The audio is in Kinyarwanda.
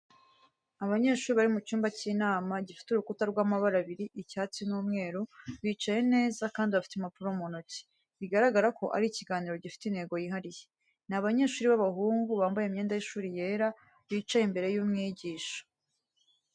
Abanyeshuri bari mu cyumba cy’inama, gifite urukuta w’amabara abiri icyatsi n’umweru bicaye neza kandi bafite impapuro mu ntoki, bigaragara ko ari ikiganiro gifite intego yihariye. Ni abanyeshuri b’abahungu bambaye imyenda y’ishuri yera, bicaye imbere y’umwigisha